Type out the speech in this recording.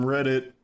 Reddit